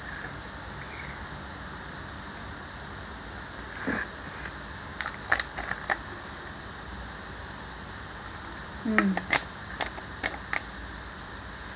mm